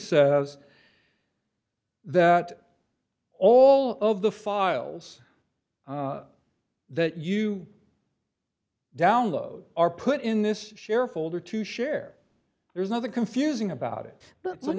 says that all of the files that you download are put in this share folder to share there's another confusing about it but